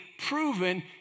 Proven